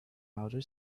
outer